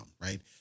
right